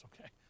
okay